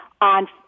on